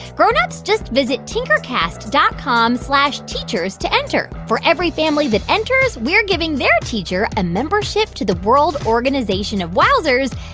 grown-ups, just visit tinkercast dot com slash teachers to enter. for every family that enters, we're giving their teacher a membership to the world organization of wowzers,